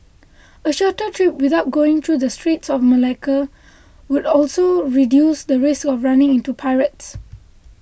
a shorter trip without going through the Straits of Malacca would also reduce the risk of running into pirates